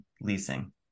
leasing